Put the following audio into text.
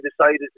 decided